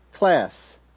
class